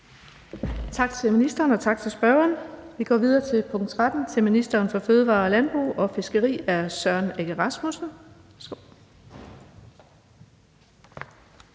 Tak til ministeren. Og tak til spørgeren. Vi går videre til spørgsmål nr. 13 til ministeren for fødevarer, landbrug og fiskeri af Søren Egge Rasmussen.